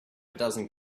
dozen